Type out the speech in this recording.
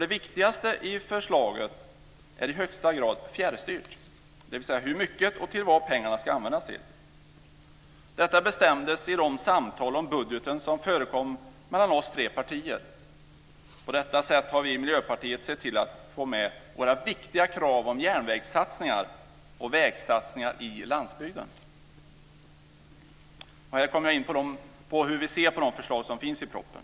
Det viktigaste i förslaget är i högsta grad fjärrstyrt, dvs. hur mycket och till vad pengarna ska användas till. Detta bestämdes i de samtal om budgeten som förekom mellan oss tre partier. På detta sätt har vi i Miljöpartiet sett till att få med våra viktiga krav om järnvägssatsningar och vägsatsningar i landsbygden. Här kommer jag in på hur vi ser på de förslag som finns propositionen.